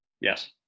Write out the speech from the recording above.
Yes